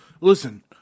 Listen